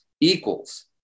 equals